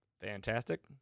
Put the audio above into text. Fantastic